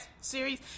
series